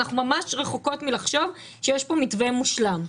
אנחנו ממש רחוקות מלחשוב שיש כאן מתווה מושלם.